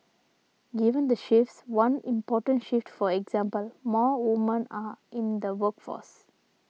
given the shifts one important shift for example more women are in the workforce